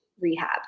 rehab